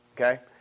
okay